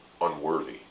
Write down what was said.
unworthy